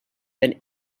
than